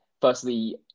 firstly